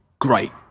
great